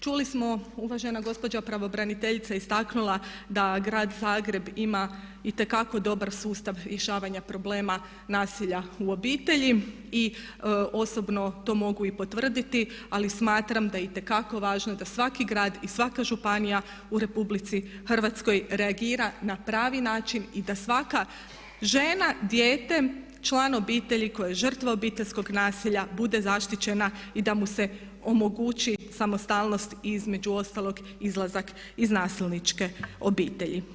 Čuli smo uvažena gospođa pravobraniteljica je istaknula da Grad Zagreb ima itekako dobar sustav rješavanja problema nasilja u obitelji i osobno to mogu i potvrditi ali smatram da je itekako važno da svaki grad i svaka županija u RH reagira na pravi način i da svaka žena, dijete, član obitelji koji je žrtva obiteljskog nasilja bude zaštićena i da mu se omogući samostalnost i između ostalog izlazak iz nasilničke obitelji.